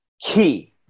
key